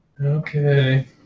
Okay